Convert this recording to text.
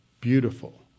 beautiful